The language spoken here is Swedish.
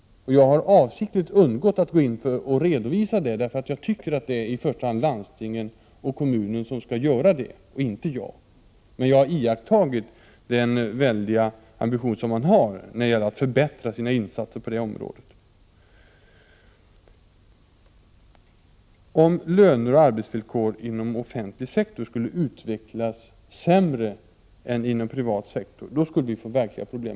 Jag har avsiktligt avstått från att redovisa det, för jag tycker att det i första hand är landsting och kommuner som skall göra det - inte jag. Men jag har iakttagit den väldiga ambition som man har när det gäller att förbättra sina insatser på det området. Om löner och arbetsvillkor inom offentlig sektor skulle utvecklas sämre än inom privat sektor, då skulle vi få verkliga problem.